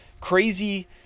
crazy